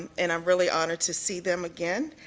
and and i'm really honored to see them again.